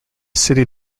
city